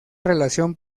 relación